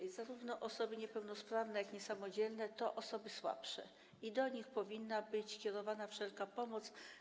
Osoby zarówno niepełnosprawne, jak niesamodzielne to osoby słabsze i do nich powinna być kierowana wszelka pomoc.